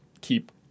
keep